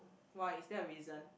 why is there a reason